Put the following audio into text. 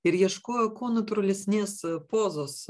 ir ieškojo kuo natūralesnės pozos